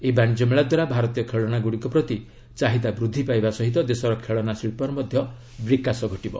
ଏହି ବାଣିଜ୍ୟମେଳା ଦ୍ୱାରା ଭାରତୀୟ ଖେଳନା ଗୁଡ଼ିକ ପ୍ରତି ଚାହିଦା ବୃଦ୍ଧି ପାଇବା ସହ ଦେଶର ଖେଳନା ଶିଳ୍ପର ବିକାଶ ଘଟିବ